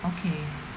okay